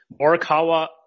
Morikawa